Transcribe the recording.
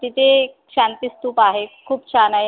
तिथे एक शांतिस्तूप आहे खूप छान आहे